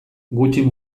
gutxi